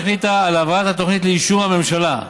שהחליטה על העברת התוכנית לאישור הממשלה.